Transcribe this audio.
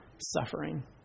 suffering